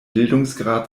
bildungsgrad